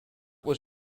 was